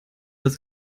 das